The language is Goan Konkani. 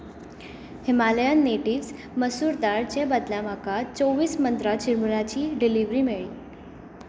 हिमालयन नेटिव्ह्ज मसूर दाळचे बदला म्हाका चोव्वीस मंत्रा चिरमुल्याची डिलिव्हरी मेळ्ळी